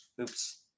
oops